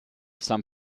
some